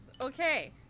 Okay